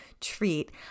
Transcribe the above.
treat